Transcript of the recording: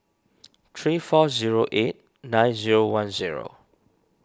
three four zero eight nine zero one zero